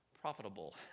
profitable